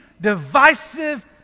divisive